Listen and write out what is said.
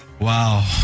Wow